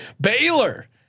Baylor